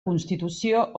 constitució